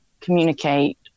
communicate